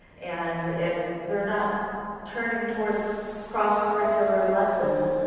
and if they are not turning towards cross-curricular lessons,